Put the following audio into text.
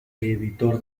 editor